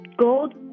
gold